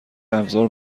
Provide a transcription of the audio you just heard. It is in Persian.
ابزار